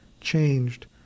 changed